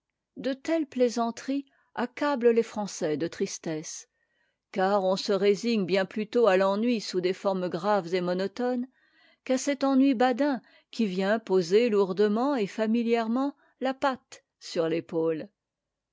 de telles plaisanteries accablent les français de tristesse car on se résigne bien plutôt à l'ennui sous des formes graves et monotones qu'à cet ennui badin qui vient poser lourdement et familièrement la patte sur